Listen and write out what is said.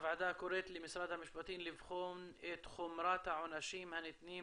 הוועדה קוראת למשרד המשפטים לבחון את חומרת העונשים הניתנים